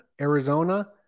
Arizona